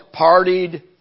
partied